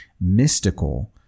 mystical